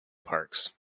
parks